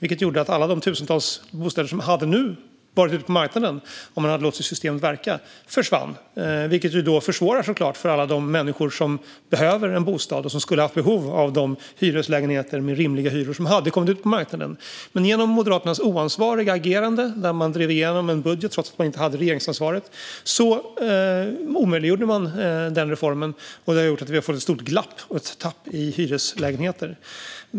Det gjorde att alla de tusentals bostäder som, om man hade låtit systemet verka, nu hade varit ute på marknaden försvann. Det försvårar såklart för alla människor som behöver en bostad och som har behov av alla de hyreslägenheter med rimliga hyror som skulle ha kommit ut på marknaden. Men genom Moderaternas oansvariga agerande, när man drev igenom en budget trots att man inte hade regeringsansvaret, omöjliggjordes den reformen. Det har lett till ett stort glapp och tapp i hyreslägenheter.